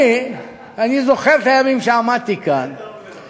אני זוכר את הימים שעמדתי כאן, זה טוב מאוד.